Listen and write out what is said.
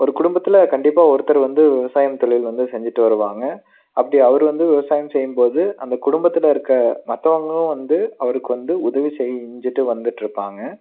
ஒரு குடும்பத்தில் கண்டிப்பாக ஒருத்தர் வந்து விவசாயம் தொழில் வந்து செஞ்சிட்டு வருவாங்க அப்படி அவர் வந்து விவசாயம் செய்யும் போது அந்த குடும்பத்தில் இருக்க மற்றவுங்களும் வந்து அவருக்கு வந்து உதவி செஞ்சிட்டு வந்துட்டுருப்பாங்க